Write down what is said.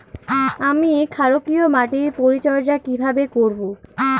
আমি ক্ষারকীয় মাটির পরিচর্যা কিভাবে করব?